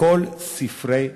בכל ספרי החוקים.